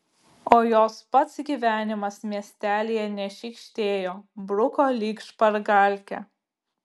o jos pats gyvenimas miestelyje nešykštėjo bruko lyg špargalkę